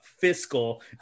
fiscal